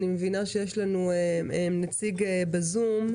אני מבינה שיש לנו נציגה בזום.